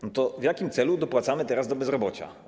No to w jakim celu dopłacamy teraz do bezrobocia?